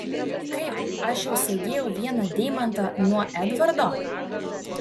kaip aš jau segėjau vieną deimantą nuo edvardo